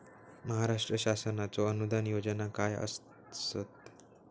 महाराष्ट्र शासनाचो अनुदान योजना काय आसत?